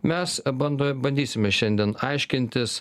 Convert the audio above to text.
mes bandome bandysime šiandien aiškintis